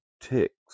Ticks